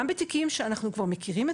גם בתיקים שאנחנו מכירים,